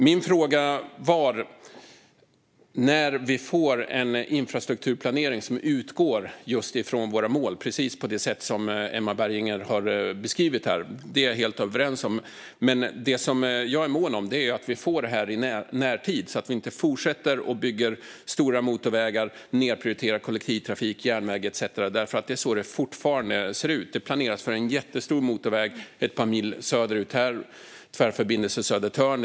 Min fråga var när vi får en infrastrukturplanering som utgår från våra mål, precis på det sätt som Emma Berginger har beskrivit här. Vi är helt överens om detta. Det som jag är mån om är att vi får det i närtid, så att vi inte fortsätter att bygga stora motorvägar och nedprioritera kollektivtrafik - järnväg etcetera. Det är så det fortfarande ser ut. Det planeras för en jättestor motorväg ett par mil söderut härifrån, Tvärförbindelse Södertörn.